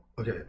Okay